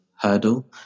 hurdle